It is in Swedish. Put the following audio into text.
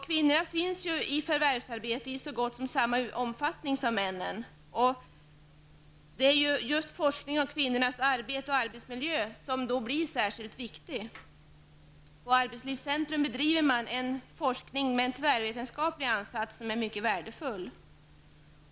Kvinnor finns i förvärvsarbete i så gott som samma utsträckning som männen, och då blir forskning om kvinnors arbete och arbetsmiljö särskilt viktig. På arbetslivscentrum bedriver man en forskning med en tvärvetenskaplig ansats som är mycket värdefull.